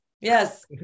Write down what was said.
yes